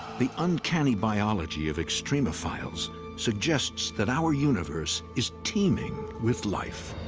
the uncanny biology of extremophiles suggests that our universe is teeming with life.